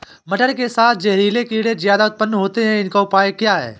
मटर के साथ जहरीले कीड़े ज्यादा उत्पन्न होते हैं इनका उपाय क्या है?